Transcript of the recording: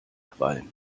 qualm